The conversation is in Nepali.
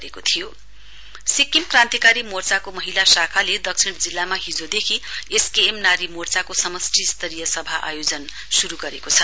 एसकेएम सिक्किम क्रान्तिकारी मोर्चा महिला शाखाले दक्षिण जिल्लामा हिजोदेखि एसकेएम मोर्चाको समस्टि स्तरीय सभा आयोजन श्रु गरेको छ